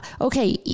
Okay